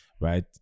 right